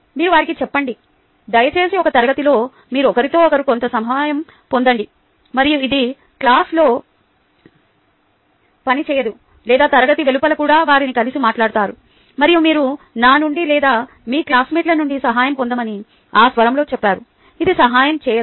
మీరు వారికి చెప్పండి దయచేసి ఒక తరగతిలో మరొకరితో కొంత సహాయం పొందండి మరియు ఇది క్లాస్లో పని చేయదు లేదా తరగతి వెలుపల కూడా వారిని కలిసి మాట్లాడతారు మరియు మీరు నా నుండి లేదా మీ క్లాస్మేట్స్ నుండి సహాయం పొందమని ఆ స్వరంలో చెప్పారు అది సహాయం చేయదు